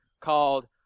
called